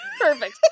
Perfect